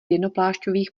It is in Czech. jednoplášťových